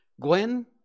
Gwen